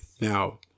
Now